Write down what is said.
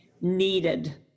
needed